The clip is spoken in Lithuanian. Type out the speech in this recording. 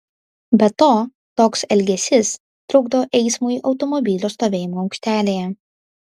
be to toks elgesys trukdo eismui automobilių stovėjimo aikštelėje